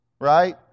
right